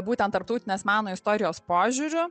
būtent tarptautinės meno istorijos požiūriu